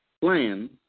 plan